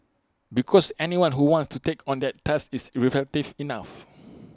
because anyone who wants to take on that task is reflective enough